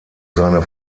seine